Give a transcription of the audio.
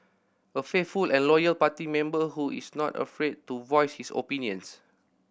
a faithful and loyal party member who is not afraid to voice his opinions